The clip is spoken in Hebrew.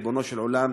ריבונו של עולם,